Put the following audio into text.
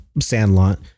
sandlot